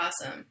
awesome